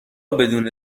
بدون